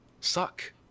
suck